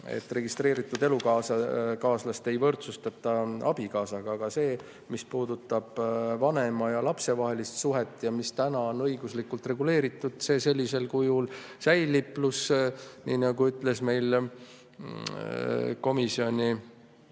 registreeritud elukaaslast ei võrdsustata abikaasaga. Aga see, mis puudutab vanema ja lapse vahelist suhet, mis on õiguslikult reguleeritud, sellisel kujul säilib. Pluss, nii nagu ütles komisjoni